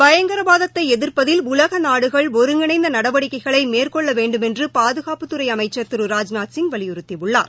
பயங்கரவாதத்தை எதிர்ப்பதில் உலக நாடுகள் ஒருங்கிணைந்த நடவடிக்கைகளை மேற்கொள்ள வேண்டுமென்று பாதுகாப்புத்துறை அமைச்சர் திரு ராஜ்நாத்சிங் வலியுறுத்தியுள்ளார்